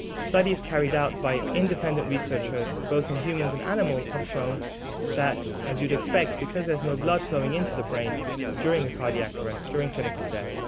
studies carried out by independent researchers, both in humans and animals, have shown that, as you'd expect, because there's no blood flowing into the brain during a cardiac arrest, during clinical death,